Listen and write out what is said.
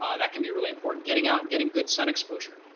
um that can be really important getting out and getting good sun exposure.